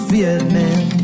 Vietnam